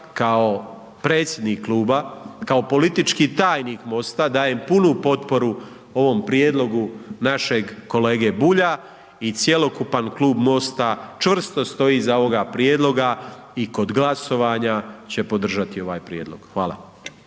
kao predsjednik kluba, kao politički tajnik MOST-a dajem punu potporu ovom prijedlogu našeg kolege Bulja i cjelokupan Klub MOST-a čvrsto stoji iza ovoga prijedloga i kod glasovanja će podržati ovaj prijedlog. Hvala.